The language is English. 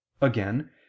again